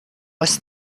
was